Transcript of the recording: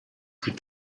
plus